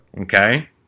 Okay